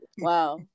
Wow